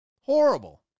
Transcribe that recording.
Horrible